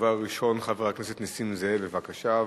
הדובר הראשון, חבר הכנסת נסים זאב, בבקשה.